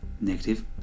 negative